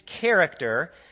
character